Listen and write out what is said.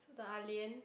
so the ah-lian